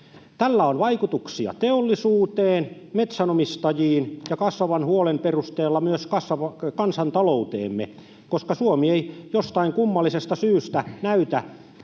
Tällä on vaikutuksia teollisuuteen, metsänomistajiin ja kasvavan huolen perusteella myös kansantalouteemme, koska Suomi ei jostain kummallisesta syystä näytä